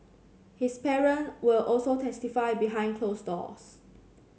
his parent will also testify behind closed doors